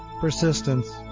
persistence